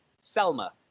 Selma